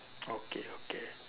okay okay